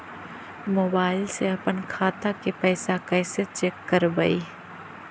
Mobile से अपन खाता के पैसा कैसे चेक करबई?